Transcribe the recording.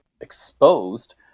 exposed